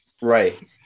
right